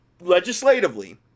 legislatively